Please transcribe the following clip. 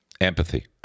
Empathy